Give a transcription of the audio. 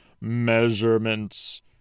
measurements